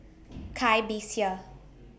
Cai Bixia